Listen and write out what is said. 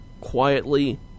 quietly